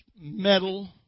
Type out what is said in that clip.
metal